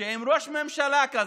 שעם ראש ממשלה כזה,